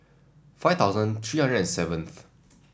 five thousand three hundred and seventh